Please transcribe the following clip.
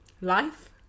life